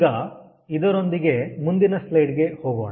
ಈಗ ಇದರೊಂದಿಗೆ ಮುಂದಿನ ಸ್ಲೈಡ್ ಗೆ ಹೋಗೋಣ